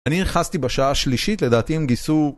אני נכנסתי בשעה השלישית, לדעתי עם גיסו